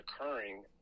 occurring